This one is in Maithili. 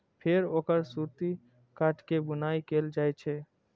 फेर ओकर सूत काटि के बुनाइ कैल जाइ छै